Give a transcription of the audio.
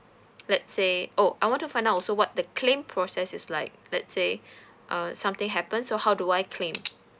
let's say oh I want to find out also what the claim process is like let's say uh something happens how do I claim